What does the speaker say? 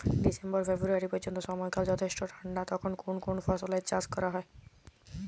December February পর্যন্ত সময়কাল যথেষ্ট ঠান্ডা তখন কোন কোন ফসলের চাষ করা হয়?